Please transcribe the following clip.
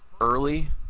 early